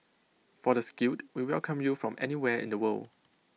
for the skilled we welcome you from anywhere in the world